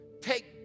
take